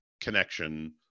connection